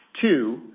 Two